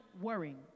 worrying